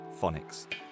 phonics